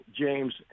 James